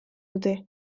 dute